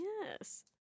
yes